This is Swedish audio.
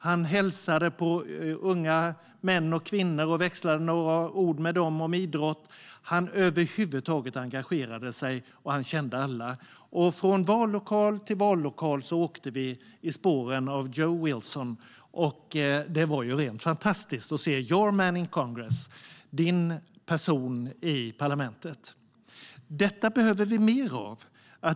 Han hälsade på unga män och kvinnor och växlade några ord med dem om idrott. Han över huvud taget engagerade sig, och han kände alla. Från vallokal till vallokal åkte vi i spåren av Joe Wilson. Det var rent fantastiskt att se: Your man in Congress. Din person i parlamentet. Detta behöver vi mer av.